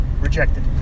Rejected